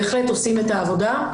בהחלט עושים את העבודה.